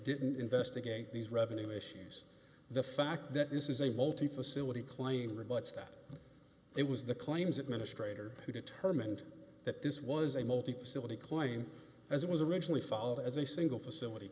didn't investigate these revenue issues the fact that this is a multi facility claim rebuts that it was the claims that ministre are who determined that this was a multi facility claim as it was originally followed as a single facility